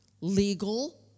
legal